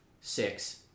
six